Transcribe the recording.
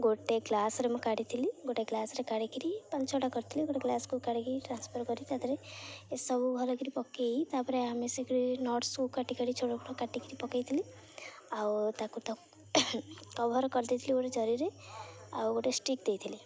ଗୋଟେ ଗ୍ଲାସରେ ମୁଁ କାଢ଼ିଥିଲି ଗୋଟେ ଗ୍ଲାସରେ କାଢ଼ିକିରି ପାଞ୍ଚ ଛଅଟା କରିଥିଲି ଗୋଟେ ଗ୍ଲାସକୁ କାଢ଼ିକି ଟ୍ରାନ୍ସଫର କରି ତାଧେରେ ଏସବୁ ଭଲକିରି ପକାଇ ତା'ପରେ ଆମେ ନଟସ୍କୁ କାଟିିକରି ଛୋଟ କାଟିକିରି ପକାଇ ଥିଲି ଆଉ ତାକୁ ତ କଭର କରିଦେଇଥିଲି ଗୋଟେ ଜରିରେ ଆଉ ଗୋଟେ ଷ୍ଟିକ୍ ଦେଇଥିଲି